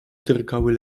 drgały